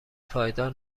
پایدار